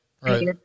Right